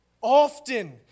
often